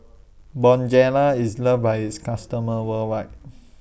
Bonjela IS loved By its customers worldwide